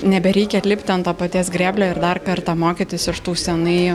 nebereikia lipti ant to paties grėblio ir dar kartą mokytis iš tų senai